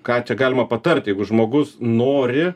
ką čia galima patart jeigu žmogus nori